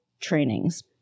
trainings